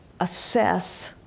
assess